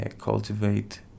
cultivate